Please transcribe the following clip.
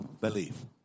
believe